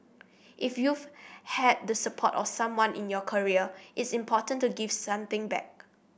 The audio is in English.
if you've had the support of someone in your career it's important to give something back